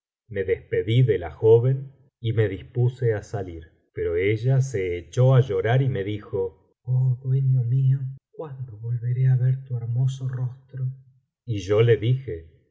me despedí de la joven y biblioteca valenciana generalitat valenciana historia del jorobado me dispuse á salir pero ella se echó á llorar y me dijo oh dueño mío cuándo volveré á ver tu hermoso rostro y yo le dije